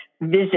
visit